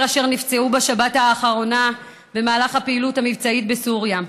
אשר נפצעו בשבת האחרונה במהלך הפעילות המבצעית בסוריה.